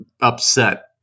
upset